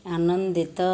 ଆନନ୍ଦିତ